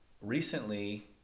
recently